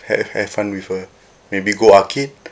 have have fun with her maybe go arcade